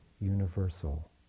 universal